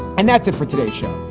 and that's it for today show,